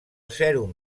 sèrum